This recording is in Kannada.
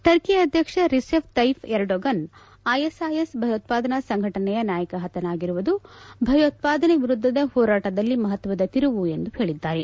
ಟರ್ಕಿ ಅಧ್ವಕ್ಷ ರಿಸೆಪ್ ತಯೀಪ್ ಎರ್ಡೋಗನ್ ಐಎಸ್ಐಎಸ್ ಭಯೋತ್ಪಾದನಾ ಸಂಘಟನೆಯ ನಾಯಕ ಪತನಾಗಿರುವುದು ಭಯೋತ್ಪಾದನೆ ವಿರುದ್ಧದ ಹೋರಾಟದಲ್ಲಿ ಮಪತ್ವದ ತಿರುವು ಎಂದು ಹೇಳಿದ್ದಾರೆ